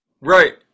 Right